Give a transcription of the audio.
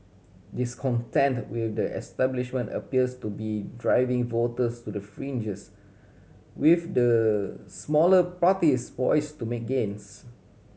discontent will the establishment appears to be driving voters to the fringes with the smaller parties poised to make gains